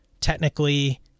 technically